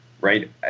right